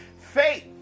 Faith